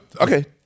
Okay